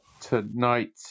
Tonight